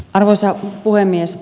arvoisa puhemies